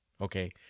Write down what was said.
Okay